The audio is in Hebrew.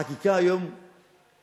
החקיקה היום קבעה,